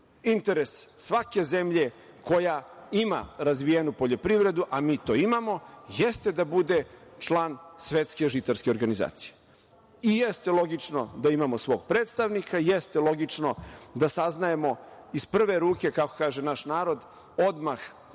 svake zemlje, koja ima razvijenu poljoprivredu, a mi to imamo, jeste da bude član Svetske žitarske organizacije. I jeste logično da imamo svog predstavnika, jeste logično da saznajemo iz prve ruke, kako kaže naš narod, odmah